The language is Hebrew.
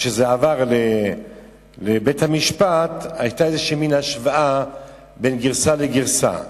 כשזה עבר לבית-המשפט היתה איזושהי השוואה בין גרסה לגרסה.